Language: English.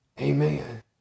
Amen